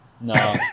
No